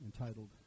entitled